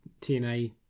TNA